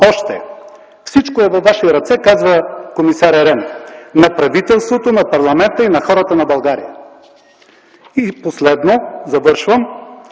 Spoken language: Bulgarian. още: „Всичко е във ваши ръце – казва комисарят Рен – на правителството, на парламента и на хората на България”. И последно, завършвам: